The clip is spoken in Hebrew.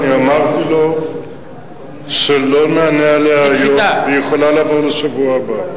אמרתי שלא נענה עליה היום והיא יכולה לעבור לשבוע הבא.